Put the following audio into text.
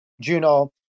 Juno